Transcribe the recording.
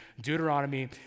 Deuteronomy